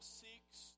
seeks